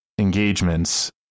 engagements